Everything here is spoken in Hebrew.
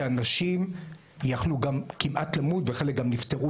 שאנשים יכלו גם כמעט למות וחלק גם נפטרו